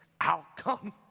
outcome